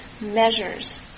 measures